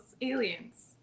aliens